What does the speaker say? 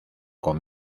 con